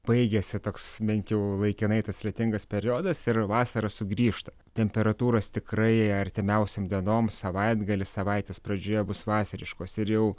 baigėsi toks bent jau laikinai tas lietingas periodas ir vasara sugrįžta temperatūros tikrai artimiausiom dienom savaitgalį savaitės pradžioje bus vasariškos ir jau